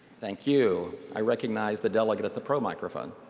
thank you. i recognize the delegate at the pro microphone.